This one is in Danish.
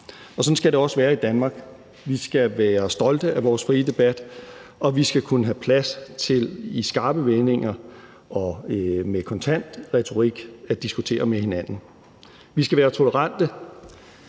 sådan skal det også være i Danmark. Vi skal være stolte af vores frie debat, og vi skal kunne have plads til i skarpe vendinger og med kontant retorik at diskutere med hinanden. Vi skal være tolerante,